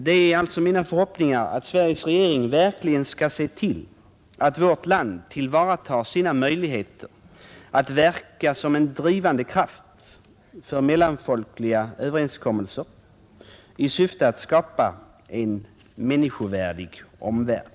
Det är min förhoppning att Sveriges regering verkligen skall se till att vårt land tillvaratar sina möjligheter att verka som en pådrivande kraft för mellanfolkliga överenskommelser i syfte att skapa en människovärdig omvärld.